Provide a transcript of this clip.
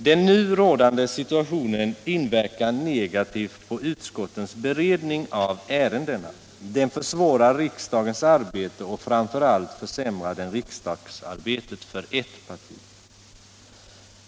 Den nu rådande situationen inverkar negativt på utskottens beredning av ärendena, den försvårar riksdagens arbete och den försämrar framför allt riksdagsarbetet för ett parti.